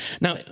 Now